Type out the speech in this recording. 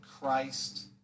Christ